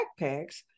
backpacks